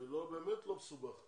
זה באמת לא מסובך מדי.